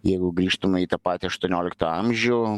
jeigu grįžtume į tą patį aštuonioliktą amžių